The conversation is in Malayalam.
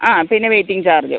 ആ പിന്നെ വെയിറ്റിംഗ് ചാർജും